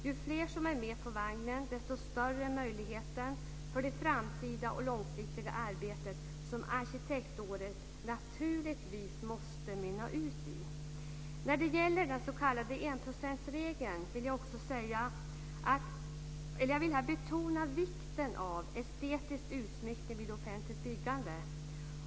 Ju fler som är med på vagnen, desto större är möjligheterna för det framtida och långsiktiga arbete som arkitekturåret naturligtvis måste mynna ut i. När det gäller den s.k. enprocentsregeln vill jag betona vikten av estetisk utsmyckning vid offentligt byggande.